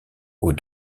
aux